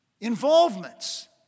involvements